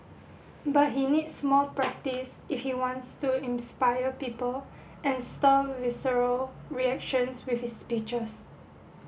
but he needs more practise if he wants to inspire people and stir visceral reactions with his speeches